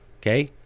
Okay